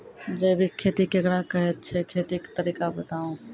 जैबिक खेती केकरा कहैत छै, खेतीक तरीका बताऊ?